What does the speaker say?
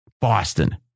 Boston